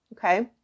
Okay